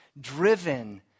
Driven